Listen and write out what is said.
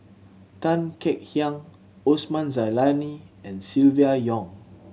Tan Kek Hiang Osman Zailani and Silvia Yong